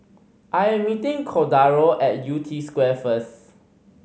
I am meeting Cordaro at Yew Tee Square first